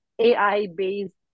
AI-based